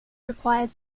required